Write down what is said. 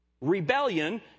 Rebellion